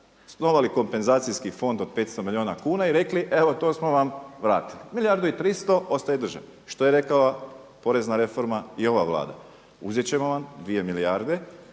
osnovali kompenzacijski fond od 500 milijuna kuna i rekli evo to smo vam vratili. Milijardu i 300 ostaje državi. Što je rekla porezna reforma i ova Vlada? Uzeti ćemo vam 2 milijarde